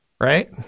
right